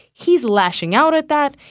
he is lashing out at that,